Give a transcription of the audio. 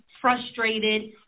frustrated